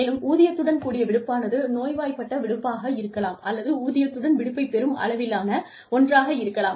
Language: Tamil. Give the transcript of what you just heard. மேலும் ஊதியத்துடன் கூடிய விடுப்பானது நோய்வாய்ப்பட்ட விடுப்பாக இருக்கலாம் அல்லது ஊதியத்துடன் விடுப்பைப் பெறும் அளவிலான ஒன்றாக இருக்கலாம்